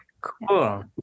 Cool